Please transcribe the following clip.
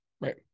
Right